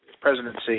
presidency